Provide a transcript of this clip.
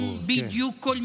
הם אומרים: ד"ר כך וכך,